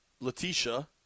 Letitia